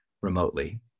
remotely